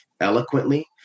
eloquently